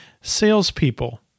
salespeople